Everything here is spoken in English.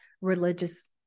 religious